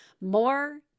More